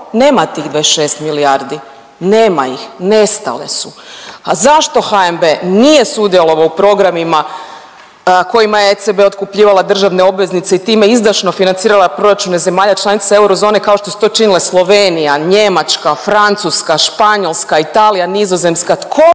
nema tih 26 milijardi, nema ih, nestale su. A zašto HNB nije sudjelovao u programima kojima je ECB otkupljivala državne obveznice i time izdašno financirala proračune zemalja članica eurozone kao što su to činile Slovenija, Njemačka, Francuska, Španjolska, Italija, Nizozemska, tko